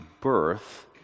birth